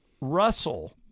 Russell